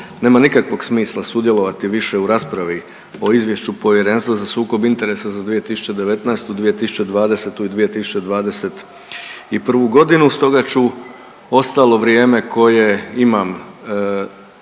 nema nikakvog smisla sudjelovati više u raspravi o Izvješću Povjerenstva za sukob interesa za 2019., 2020. i 2021.g. stoga ću ostalo vrijeme koje imam